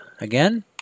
again